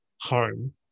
home